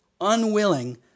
unwilling